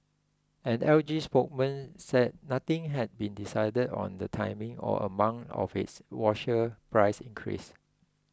an L G spokesman said nothing had been decided on the timing or amount of its washer price increase